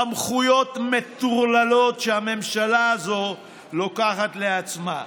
סמכויות מטורללות שהממשלה הזאת לוקחת לעצמה.